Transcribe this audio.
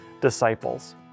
disciples